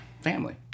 family